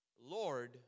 Lord